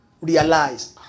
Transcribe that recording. realize